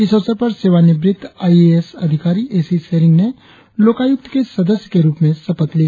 इस अवसर पर सेवानिवृत आई ए एस अधिकारी येशी सेरिंग ने लोकायुक्त के सदस्य के रुप में शपथ ली